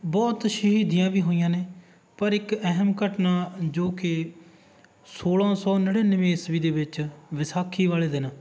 ਬਹੁਤ ਸ਼ਹੀਦੀਆਂ ਵੀ ਹੋਈਆਂ ਨੇ ਪਰ ਇੱਕ ਅਹਿਮ ਘਟਨਾ ਜੋ ਕਿ ਸੋਲ੍ਹਾਂ ਸੌ ਨੜਿਨਵੇਂ ਈਸਵੀ ਦੇ ਵਿੱਚ ਵਿਸਾਖੀ ਵਾਲੇ ਦਿਨ